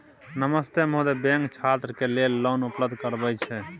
नमस्ते महोदय, बैंक छात्र के लेल लोन उपलब्ध करबे छै?